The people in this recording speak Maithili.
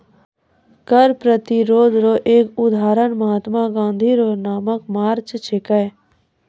कर प्रतिरोध रो एक उदहारण महात्मा गाँधी रो नामक मार्च छिकै